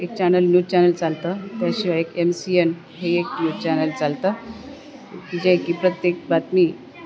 एक channel news channel चालतं त्याशिवाय एक एम सी एन हे एक न्यूज चॅनल चालतं जे की प्रत्येक बातमी